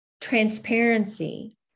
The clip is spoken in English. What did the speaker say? Transparency